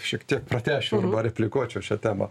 šiek tiek pratęsčiau arba replikuočiau šią temą